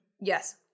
Yes